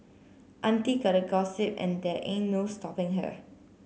auntie gotta gossip and there ain't no stopping her